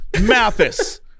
Mathis